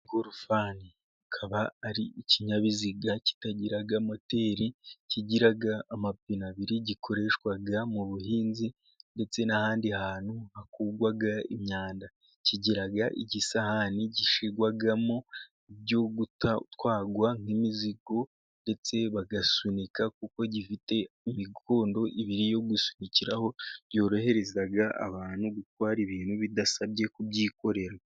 Ingorofani ikaba ari ikinyabiziga kitagira moteriz kigira amapine abiri ,gikoreshwa mu buhinzi ndetse n'ahandi hantu hakurwa imyanda ,kigira igisahani gishyirwamo ibyo gutwarwa nk'imizigo ,ndetse bagasunika kuko gifite imikondo ibiri yo gusunikiraho, yorohereza abantu gutwara ibintu, bidasabye kubyikorera.